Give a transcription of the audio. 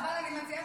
חבל, חבל, אני מציעה